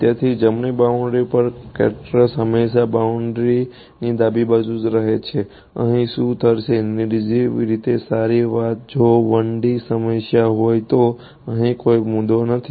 તેથી જમણી બાઉન્ડ્રી પર ત્યાં સ્કેટર્સ રીતે સારી વાત જો 1 D સમસ્યા હોય તો અહીં કોઈ મુદ્દો નથી